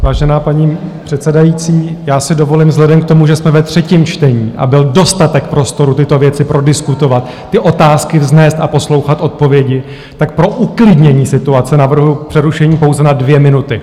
Vážená paní předsedající, já si dovolím, vzhledem k tomu, že jsme ve třetím čtení a byl dostatek prostoru tyto věci prodiskutovat, otázky vznést a poslouchat odpovědi, tak pro uklidnění situace navrhuji přerušení pouze na 2 minuty.